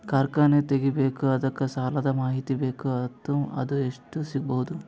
ಕಾರ್ಖಾನೆ ತಗಿಬೇಕು ಅದಕ್ಕ ಸಾಲಾದ ಮಾಹಿತಿ ಬೇಕು ಮತ್ತ ಅದು ಎಷ್ಟು ಸಿಗಬಹುದು?